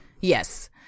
Yes